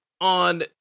on